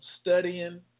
studying